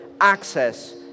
access